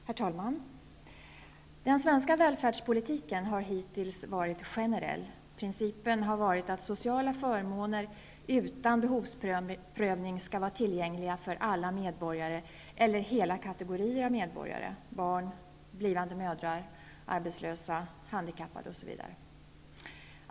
Herr talman! Den svenska välfärdspolitiken har hittills varit generell. Principen har varit att sociala förmåner utan behovsprövning skall vara tillgängliga för alla medborgare eller hela kategorier av medborgare: barn, blivande mödrar, arbetslösa, handikappade, osv.